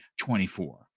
24